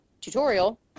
tutorial